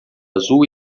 azul